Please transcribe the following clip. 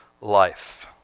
life